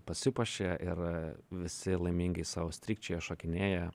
pasipuošė ir visi laimingi sau strykčioja šokinėja